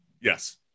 Yes